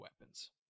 weapons